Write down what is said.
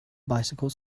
bicycle